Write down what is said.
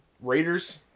Raiders